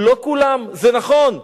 לא כולם, זה נכון,